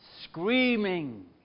screaming